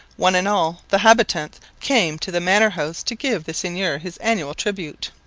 one and all, the habitants came to the manor-house to give the seigneur his annual tribute.